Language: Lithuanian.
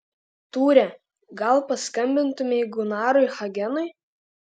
tūre gal paskambintumei gunarui hagenui